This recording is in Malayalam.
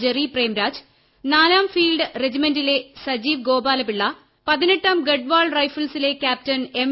ജെറി പ്രേംരാജ് നാലാം ഫീൽഡ് റെജിമെന്റിലെ സജീവ് ഗോപാലപിള്ള പതിനെട്ടാം ഗഡ്വാൾ റൈഫിൽസിലെ ക്യാപ്റ്റൻ എം